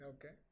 Okay